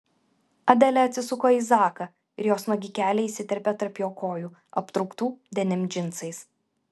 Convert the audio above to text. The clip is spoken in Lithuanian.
adelė atsisuko į zaką ir jos nuogi keliai įsiterpė tarp jo kojų aptrauktų denim džinsais